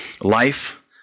Life